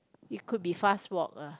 it could be fast walk uh